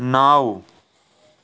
نَو